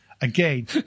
Again